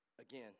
Again